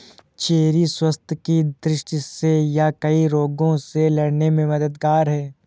cherry स्वास्थ्य की दृष्टि से यह कई रोगों से लड़ने में मददगार है